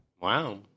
Wow